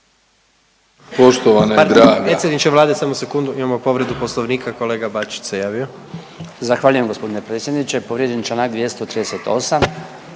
Poštovana i draga